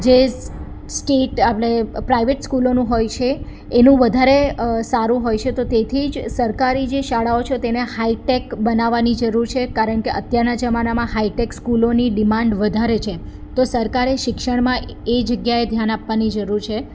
જે સ્ટેટ આપણે પ્રાઇવેટ સ્કૂલોનું હોય છે એનું વધારે સારું હોય છે તો તેથી જ સરકારી જે શાળાઓ છે તેને હાઈટેક બનાવવાની જરૂર છે કારણ કે અત્યારના જમાનામાં હાઇટેક સ્કૂલોની ડિમાન્ડ વધારે છે તો સરકારે શિક્ષણમાં એ જગ્યાએ ધ્યાન આપવાની જરૂર છે